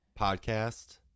podcast